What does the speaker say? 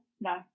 no